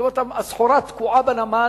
זאת אומרת, הסחורה תקועה בנמל